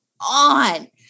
on